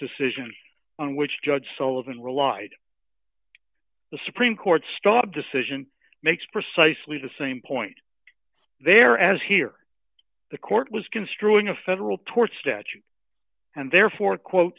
decision on which judge sullivan relied on the supreme court's stop decision makes precisely the same point there as here the court was construing a federal tort statute and therefore quote